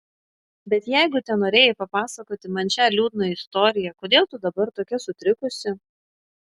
bet jeigu tenorėjai papasakoti man šią liūdną istoriją kodėl tu dabar tokia sutrikusi